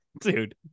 Dude